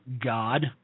God